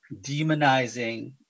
demonizing